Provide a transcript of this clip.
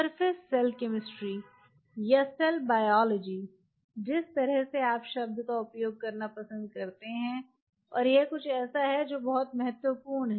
surface cell chemistry या cell biology जिस तरह से आप शब्द का उपयोग करना पसंद करते हैं और यह कुछ ऐसा है जो बहुत महत्वपूर्ण है